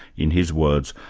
in his words,